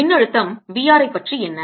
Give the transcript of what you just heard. மின்னழுத்தம் v r ஐ பற்றி என்ன